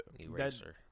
eraser